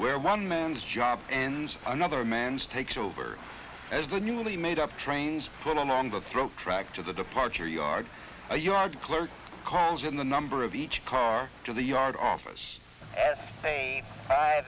where one man's job ends another man's takes over as the newly made up trains pulled along the protractor the departure yard a yard clerk calls in the number of each car to the yard office s